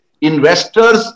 investors